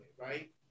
right